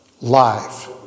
life